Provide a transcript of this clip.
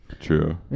True